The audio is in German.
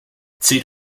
zieht